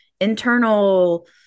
internal